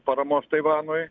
paramos taivanui